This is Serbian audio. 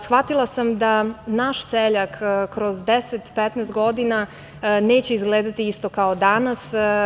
Shvatila sam da naš seljak kroz deset, petnaest godina neće izgledati isto kao danas.